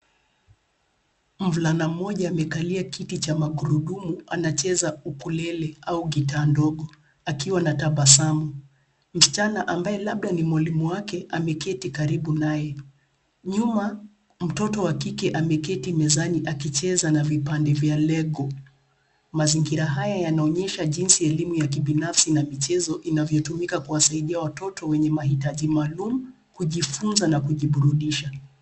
Mvulana mmoja amekalia kiti cha maghurudumu , anacheza ukulele au gitaa ndogo akiwa na tabasamu. Msichana amabaye labda ni mwalimu wake ameketi karubu naye. Nyuma mtoto wa kike ameketi mezani akicheza na vipande vya lengo. Mazingira haya yanaonyesha jinsi elimu ya kibinafsi na michezo inavyo tumika kuwasaidia watoto wenye mahitaji maalum, kujifunza na kujiburudisha.